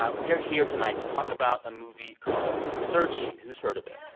ah we are here tonight to talk about a movie called searching. who's heard of it?